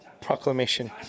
proclamation